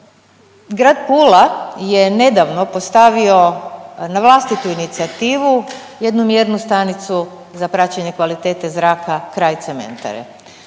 Grad Pula je nedavno postavio na vlastitu inicijativu jednu mjernu stanicu za praćenje kvalitete zraka kraj cementare.